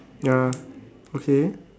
ya okay